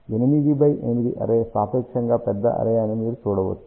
8 x 8 array సాపేక్షంగా పెద్ద array అని మీరు చూడవచ్చు